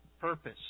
purpose